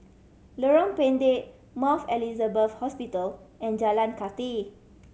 Lorong Pendek Mount Elizabeth Hospital and Jalan Kathi